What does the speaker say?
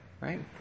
right